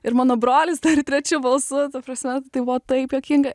ir mano brolis dar trečiu balsu ta prasme tai buvo taip juokinga